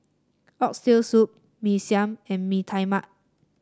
Oxtail Soup Mee Siam and Mee Tai Mak